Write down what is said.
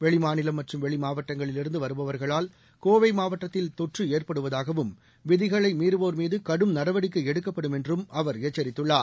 வெளிமாநிலம் மற்றும் வெளிமாவட்டங்களிலிருந்து வருபவர்களால் கோவை மாவட்டத்தில் தொற்று ஏற்படுவதாகவும் விதிகளை மீறுவோர்மீது கடும் நடவடிக்கை எடுக்கப்படும் என்றும் அவர் எச்சரித்துள்ளார்